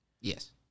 Yes